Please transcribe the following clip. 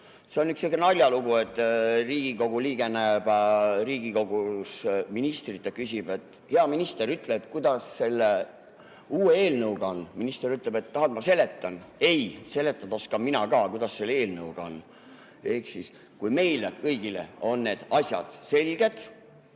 See on üks sihuke naljalugu, et Riigikogu liige näeb Riigikogus ministrit ja küsib, et, hea minister, ütle, kuidas selle uue eelnõuga on. Minister ütleb, et tahad, ma seletan. "Ei, seletada oskan mina ka. Kuidas selle eelnõuga on?" Ehk siis, kui meile kõigile on need asjad selged,